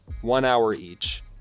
one-hour-each